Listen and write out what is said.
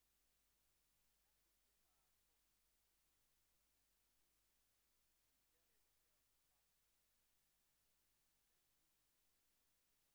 להישאר עם הילד שמונה שעות בבית ולא להכין את ההכנה שלו ללימודים.